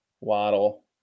Waddle